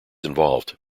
involved